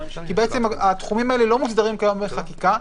כי בעצם התחומים האלה לא מוסדרים כיום בחקיקה,